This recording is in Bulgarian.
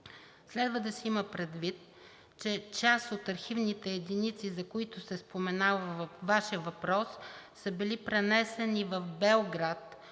Следва да се има предвид, че част от архивните единици, за които се споменава във Вашия въпрос, са били пренесени в Белград